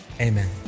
Amen